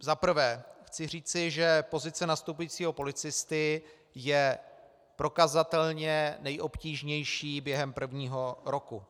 Za prvé chci říci, že pozice nastupujícího policisty je prokazatelně nejobtížnější během prvního roku.